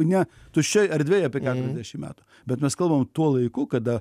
ne tuščioj erdvėj apie keturiasdešim metų bet mes kalbam tuo laiku kada